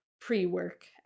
pre-work